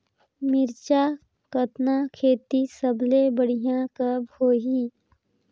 मिरचा कतना खेती सबले बढ़िया कब होही?